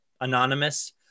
anonymous